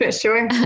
Sure